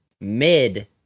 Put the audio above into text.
mid